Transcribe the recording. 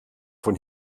von